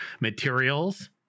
materials